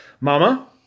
Mama